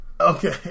Okay